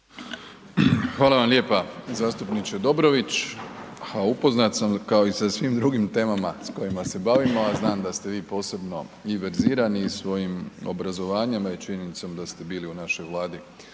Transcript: Hvala vam lijepa zastupniče Dobrović, ha upoznat sam kao i sa svim drugim temama s kojima se bavimo, a znam da ste vi posebno i verzirani i svojim obrazovanjem, a i činjenicom da ste bili u našoj Vladi